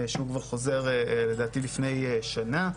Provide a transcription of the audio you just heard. שהוא כבר חוזר שיצא לדעתי לפני שנה.